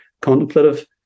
contemplative